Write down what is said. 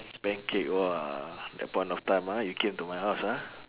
pancake !wah! that point of time ah you came to my house ah